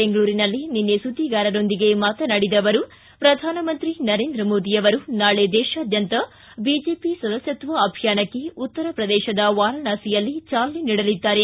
ಬೆಂಗಳೂರಿನಲ್ಲಿ ನಿನ್ನೆ ಸುದ್ದಿಗಾರರೊಂದಿಗೆ ಮಾತನಾಡಿದ ಅವರು ಪ್ರಧಾನಮಂತ್ರಿ ನರೇಂದ್ರ ಮೋದಿ ಅವರು ನಾಳೆ ದೇಶಾದ್ಮಂತ ಬಿಜೆಪಿ ಸದಸ್ಯತ್ವ ಅಭಿಯಾನಕ್ಕೆ ಉತ್ತರ ಪ್ರದೇಶದ ವಾರಾಣಾಸಿಯಲ್ಲಿ ಚಾಲನೆ ನೀಡಲಿದ್ದಾರೆ